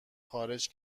خارج